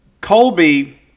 Colby